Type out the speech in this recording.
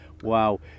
Wow